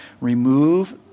remove